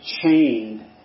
chained